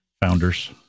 founders